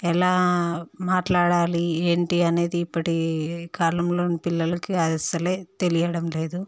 ఎలా మాట్లాడాలి ఏంటి అనేది ఇప్పటి కాలంలోని పిల్లలకి అది అస్సలే తెలియడం లేదు